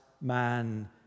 man